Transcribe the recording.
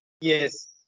Yes